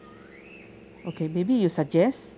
okay maybe you suggest